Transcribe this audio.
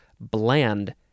bland